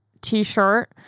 T-shirt